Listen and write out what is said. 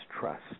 trust